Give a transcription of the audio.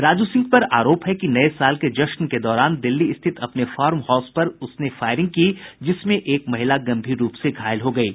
राजू सिंह पर आरोप है कि नये साल के जश्न के दौरान दिल्ली स्थित अपने फार्म हाउस पर उसने फायरिंग की जिसमें एक महिला गंभीर रूप से घायल हो गयी